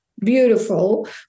beautiful